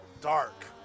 dark